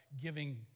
giving